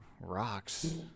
Rocks